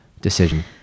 decision